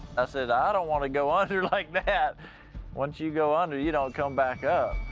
i said, i don't want to go under like that. once you go under, you don't come back up.